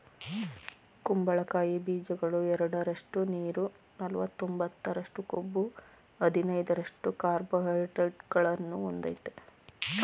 ಕುಂಬಳಕಾಯಿ ಬೀಜಗಳು ಎರಡರಷ್ಟು ನೀರು ನಲವತ್ತೊಂಬತ್ತರಷ್ಟು ಕೊಬ್ಬು ಹದಿನೈದರಷ್ಟು ಕಾರ್ಬೋಹೈಡ್ರೇಟ್ಗಳನ್ನು ಹೊಂದಯ್ತೆ